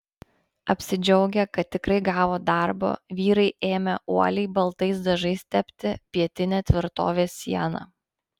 apsidžiaugę kad tikrai gavo darbo vyrai ėmė uoliai baltais dažais tepti pietinę tvirtovės sieną